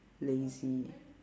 lazy